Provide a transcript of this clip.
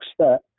step